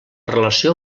relació